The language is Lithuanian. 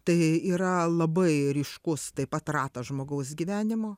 tai yra labai ryškus taip pat ratas žmogaus gyvenimo